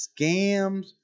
scams